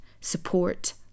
Support